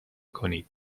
کنید